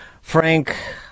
Frank